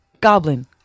goblin